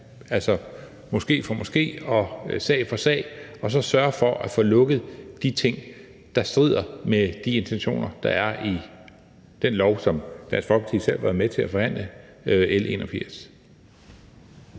det moské for moské og sag for sag og så sørge for at få lukket det, der strider mod de intentioner, der er i den lov, som Dansk Folkeparti selv har været med til at forhandle,